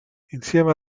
insieme